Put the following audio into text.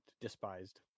despised